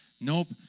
Nope